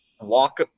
walk